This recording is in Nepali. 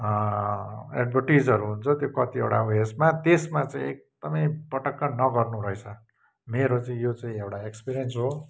एट्भर्टाइजहरू हुन्छ त्यो कतिवटा उयेसमा त्यसमा चाहिँ एकदमै पटक्क नगर्नु रहेछ मेरो चाहिँ यो चाहिँ एउडा एक्सपिरिन्स हो